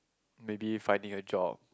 maybe finding a job